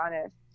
honest